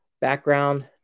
background